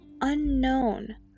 unknown